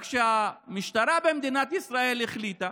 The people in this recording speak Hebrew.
רק שהמשטרה במדינת ישראל החליטה